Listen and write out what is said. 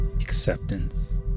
Acceptance